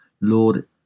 Lord